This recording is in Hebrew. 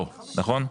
לא נכון?